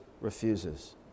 refuses